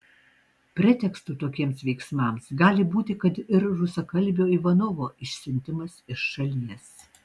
pretekstu tokiems veiksmams gali būti kad ir rusakalbio ivanovo išsiuntimas iš šalies